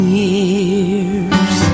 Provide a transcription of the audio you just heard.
years